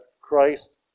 Christ